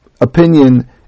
opinion